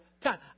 time